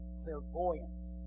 clairvoyance